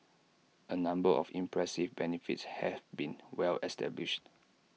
A number of impressive benefits have been well established